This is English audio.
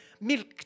milk